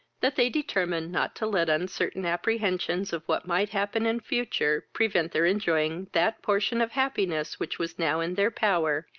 that they determined not to let uncertain apprehensions of what might happen in future prevent their enjoying that portion of happiness which was now in their power,